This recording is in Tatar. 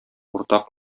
уртак